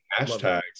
hashtags